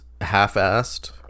half-assed